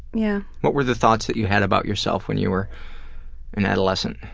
yeah. what were the thoughts that you had about yourself when you were an adolescent?